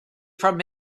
from